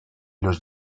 los